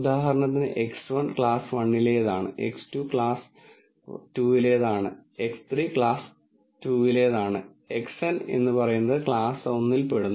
ഉദാഹരണത്തിന് X1 class 1 ലേതാണ് X2 class 1 ലേതാണ് X3 ക്ലാസ് 2 ലേതാണ് Xn എന്നത് ക്ലാസ് 1 ൽ പെടുന്നു